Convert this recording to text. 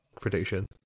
prediction